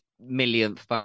millionth